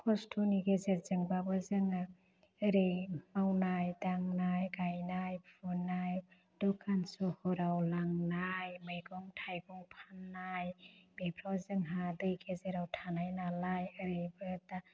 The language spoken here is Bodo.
खस्थ'नि गेजेरजोंबाबो जोङो एरै मावनाय दांनाय गायनाय फुनाय दखान सहराव लांनाय मैगं थाइगं फाननाय बेफ्राव जोंहा दै गेजेराव थानाय नालाय ओरैबो दा